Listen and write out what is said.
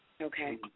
Okay